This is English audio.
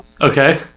Okay